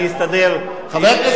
אני אסתדר עם חבר הכנסת מולה.